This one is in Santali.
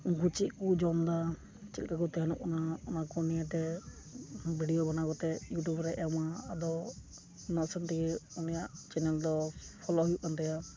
ᱩᱱᱠᱩ ᱪᱮᱫᱠᱚ ᱡᱚᱢ ᱮᱫᱟ ᱪᱮᱫ ᱞᱮᱠᱟ ᱠᱚ ᱛᱮᱦᱮᱱᱚᱜ ᱠᱟᱱᱟ ᱚᱱᱟᱠᱚ ᱱᱤᱭᱮᱛᱮ ᱵᱤᱰᱤᱭᱳ ᱵᱟᱱᱟᱣ ᱠᱟᱛᱮᱫ ᱤᱭᱩᱴᱩᱵᱽᱨᱮᱭ ᱮᱢᱟ ᱟᱫᱚ ᱚᱱᱟ ᱠᱟᱨᱚᱱᱛᱮ ᱩᱱᱤᱭᱟᱜ ᱪᱮᱱᱮᱞᱫᱚ ᱯᱷᱚᱞᱚ ᱦᱩᱭᱩᱜ ᱠᱟᱱ ᱛᱟᱭᱟ